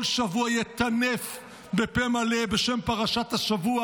כל שבוע יטנף בפה מלא בשם פרשת השבוע,